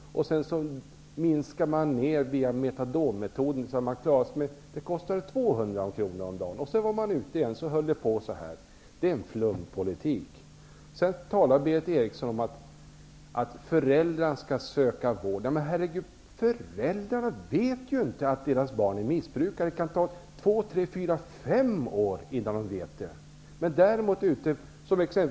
Så minskade man ned sitt behov med metadonmetoden tills man klarade sig med droger för 200 kr om dagen. Sedan gick man ut igen, och så höll man på. Det är en flumpolitik. Berith Eriksson talade om att föräldrarna skall söka vård. Men föräldrarna vet ju inte att deras barn är missbrukare! Det kan ta två, tre, fyra eller fem år innan de vet det.